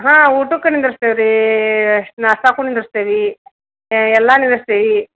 ಹಾಂ ಊಟಕ್ಕ ನಿಂದಿರ್ಸ್ತೀವಿ ರೀ ನಾಷ್ಟಾಕ್ಕೂ ನಿಂದರ್ಸ್ತೀವಿ ಎಲ್ಲ ನಿಂದರ್ಸ್ತೀವಿ